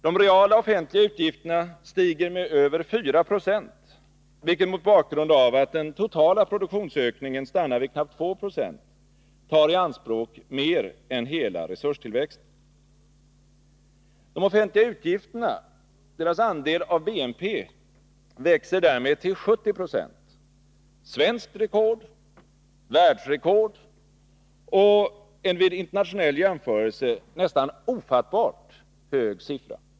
De reala offentliga utgifterna stiger med över 4 96, vilket - mot bakgrund av att den totala produktionsökningen stannar vid knappt 2 96 —tar i anspråk mer än hela resurstillväxten. De offentliga utgifternas andel av BNP växer därmed till 70 20 — svenskt rekord, världsrekord och en vid internationell jämförelse nästan ofattbart hög siffra.